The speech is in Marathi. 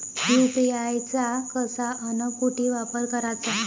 यू.पी.आय चा कसा अन कुटी वापर कराचा?